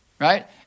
right